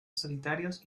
solitarios